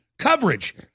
Coverage